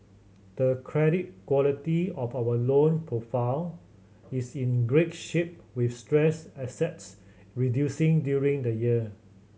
the credit quality of our loan portfolio is in great shape with stressed assets reducing during the year